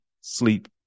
Sleep